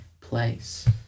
place